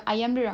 fragrant